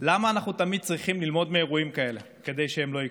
למה אנחנו תמיד צריכים ללמוד מאירועים כאלו כדי שהם שלא יקרו?